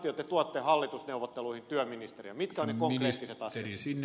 mitkä ovat ne konkreettiset asiat